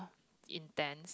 intends